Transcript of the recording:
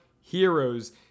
heroes